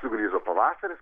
sugrįžo pavasaris